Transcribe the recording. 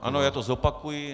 Ano, já to zopakuji.